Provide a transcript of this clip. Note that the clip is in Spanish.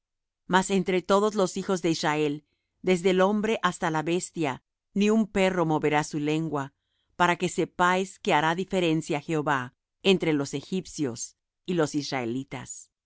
mas entre todos los hijos de israel desde el hombre hasta la bestia ni un perro moverá su lengua para que sepáis que hará diferencia jehová entre los egipcios y los israelitas